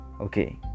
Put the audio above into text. okay